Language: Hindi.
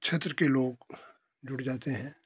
क्षेत्र के लोग जुड़ जाते हैं